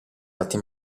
arti